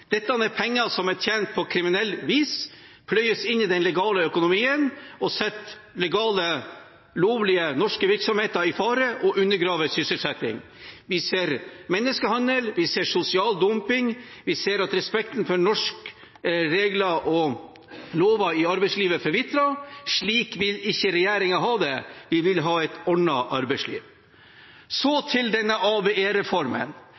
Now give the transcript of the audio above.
Dette er penger som er tjent på kriminelt vis, pløyes inn i den legale økonomien og setter legale, lovlige norske virksomheter i fare og undergraver sysselsetting. Vi ser menneskehandel, vi ser sosial dumping, og vi ser at respekten for norske regler og lover i arbeidslivet forvitrer. Slik vil ikke regjeringen ha det. Vi vil ha et ordnet arbeidsliv.